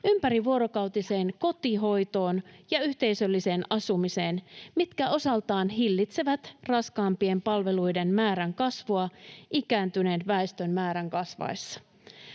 ympärivuorokautiseen kotihoitoon ja yhteisölliseen asumiseen, mitkä osaltaan hillitsevät raskaampien palveluiden määrän kasvua ikääntyneen väestön määrän kasvaessa.